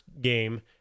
game